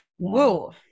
whoa